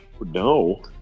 No